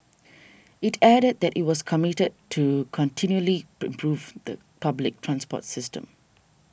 it added that it was committed to continually improving the public transport system